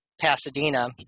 Pasadena